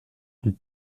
dit